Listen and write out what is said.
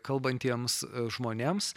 kalbantiems žmonėms